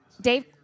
dave